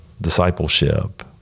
Discipleship